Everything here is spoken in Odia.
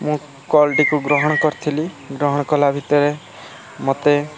ମୁଁ କଲ୍ଟିକୁ ଗ୍ରହଣ କରିଥିଲି ଗ୍ରହଣ କଲା ଭିତରେ ମୋତେ